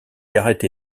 gareth